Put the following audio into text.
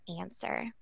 answer